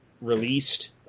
released